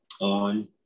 On